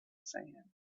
sand